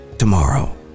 Tomorrow